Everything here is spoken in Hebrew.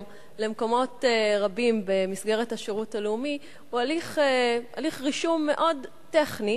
למקומות רבים במסגרת השירות הלאומי הוא הליך רישום מאוד טכני,